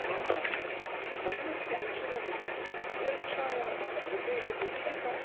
मम भ्रमणस्य इन्शुरन्स् अभिरक्षायाः अवधेः तिथिः का